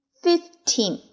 fifteen